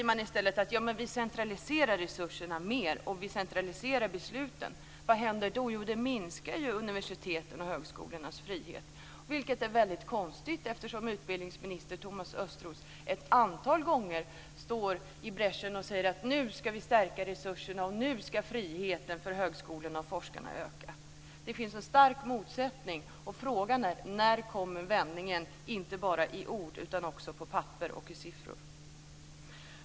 Man centraliserar i stället resurserna och besluten mer. Vad händer då? Jo, universitetens och högskolornas frihet minskar. Det är väldigt konstigt med tanke på att utbildningsminister Thomas Östros ett antal gånger har sagt att man ska öka resurserna och att friheten ska öka för högskolorna och forskarna. Det finns en stark motsättning här. Frågan är: När kommer vändningen? Det räcker inte med ord, utan det måste visa sig också i siffrorna.